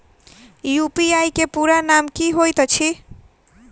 UPI केँ पूरा नाम की होइत अछि?